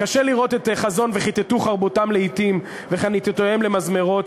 קשה לראות את חזון "וכיתתו חרבותם לאתים וחניתותיהם למזמרות".